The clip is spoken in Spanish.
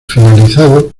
finalizado